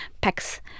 packs